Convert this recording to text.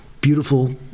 beautiful